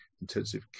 intensive